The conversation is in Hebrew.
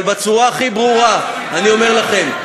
אבל בצורה הכי ברורה אני אומר לכם,